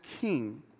king